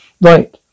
Right